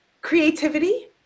creativity